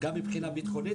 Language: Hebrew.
גם מבחינה ביטחונית.